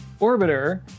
Orbiter